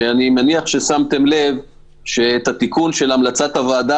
שאני מניח ששמתם לב שאת התיקון לפי המלצת הוועדה